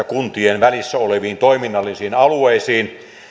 kuntien välissä oleviin toiminnallisiin alueisiin